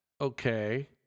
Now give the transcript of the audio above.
Okay